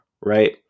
right